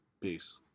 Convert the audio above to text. Peace